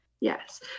Yes